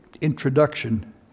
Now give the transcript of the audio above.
introduction